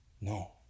No